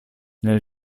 nel